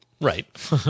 Right